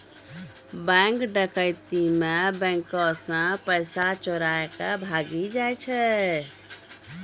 bank डकैती मे बैंको से पैसा चोराय के भागी जाय छै